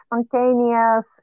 spontaneous